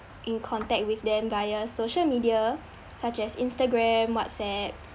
in contact with them via social media such as instagram whatsapp